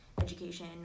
education